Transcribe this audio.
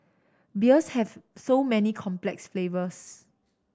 beers have so many complex flavours